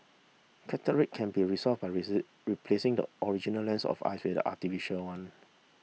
cataract can be resolved by replacing the original lens of eye with artificial one